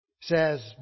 says